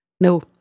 No